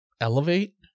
Elevate